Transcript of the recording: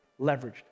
leveraged